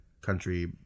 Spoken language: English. country